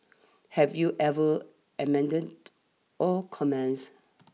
have you ever amendments or comments